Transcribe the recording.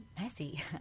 messy